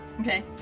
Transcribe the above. Okay